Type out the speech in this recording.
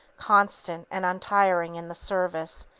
constant and untiring in the service,